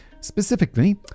specifically